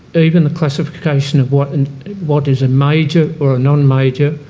even the classification of what and what is a major or a non-major,